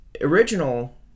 original